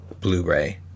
Blu-ray